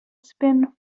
spin